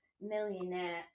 Millionaire